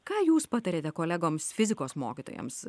ką jūs patariate kolegoms fizikos mokytojams